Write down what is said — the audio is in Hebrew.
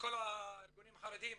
כל הארגונים החרדים.